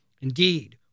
Indeed